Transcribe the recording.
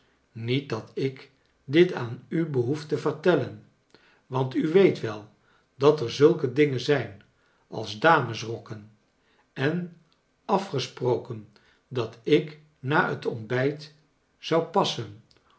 niet dat ik dit aan u behoef te vertellen want u weet wel dat er zulke dingen zijn als damesrokken en afgesproken dat ik na het ontbijt zou pas